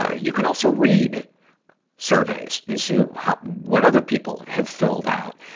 ah you can also read surveys, and see how, what other people have filled out.